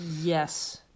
yes